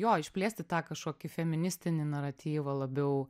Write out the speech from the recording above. jo išplėsti tą kašokį feministinį naratyvą labiau